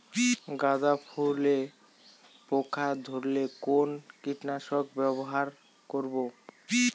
গাদা ফুলে পোকা ধরলে কোন কীটনাশক ব্যবহার করব?